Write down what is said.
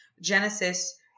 Genesis